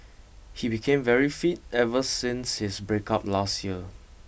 he became very fit ever since his breakup last year